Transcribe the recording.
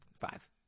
five